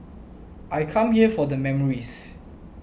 I come here for the memories